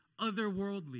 otherworldly